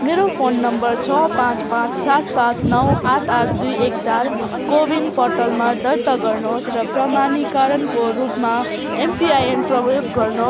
मेरो phone number छ पाँच पाँच सात सात नौ आठ आठ दुई एक चार कोविन पोर्टलमा दर्ता गर्नुहोस् र प्रमाणीकरणको रूपमा एमपिआइएन प्रयोग गर्न